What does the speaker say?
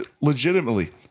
legitimately